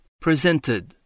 presented